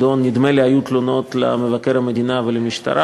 נדמה לי שהיו תלונות למבקר המדינה ולמשטרה.